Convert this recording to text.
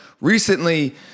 recently